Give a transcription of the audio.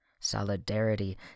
Solidarity